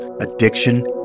addiction